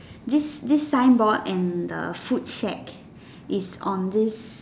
this this signboard and the food shack is on this